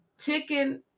chicken